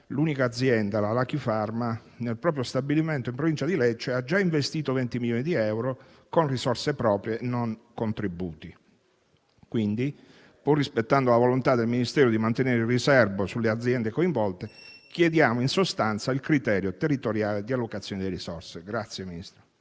l'unica azienda, la Lachifarma, nel proprio stabilimento in Provincia di Lecce ha già investito 20 milioni di euro con risorse proprie, senza contributi. Quindi, pur rispettando la volontà del Ministero di mantenere il riserbo sulle aziende coinvolte, chiediamo in sostanza il criterio territoriale di allocazione delle risorse. PRESIDENTE.